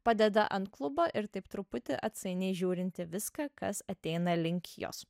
padeda ant klubo ir taip truputį atsainiai žiūrint viską kas ateina link jos